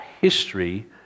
history